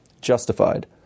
Justified